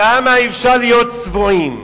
כמה אפשר להיות צבועים?